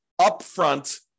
upfront